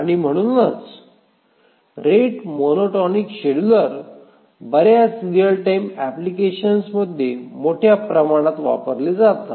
आणि म्हणूनच rate monotonic scheduler बर्याच रीअल टाइम अप्लिकेशन्समध्ये मोठ्या प्रमाणात वापरले जातात